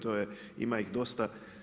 To je, ima ih dosta.